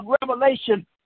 revelation